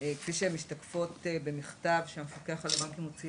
כפי שהן משתקפות במכתב שהמפקח על הבנקים הוציא